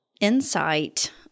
insight